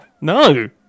No